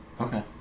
Okay